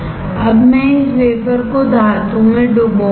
अब मैं इस वेफरको धातु में डुबाऊंगा